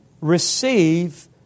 receive